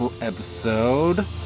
episode